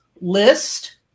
list